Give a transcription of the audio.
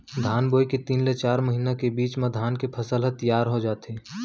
धान बोए के तीन ले चार महिना के बीच म धान के फसल ह तियार हो जाथे